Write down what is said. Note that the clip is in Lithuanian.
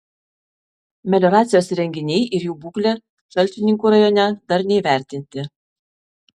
melioracijos įrenginiai ir jų būklė šalčininkų rajone dar neįvertinti